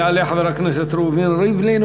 יעלה חבר הכנסת ראובן ריבלין,